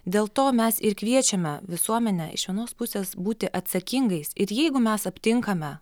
dėl to mes ir kviečiame visuomenę iš vienos pusės būti atsakingais ir jeigu mes aptinkame